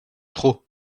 trop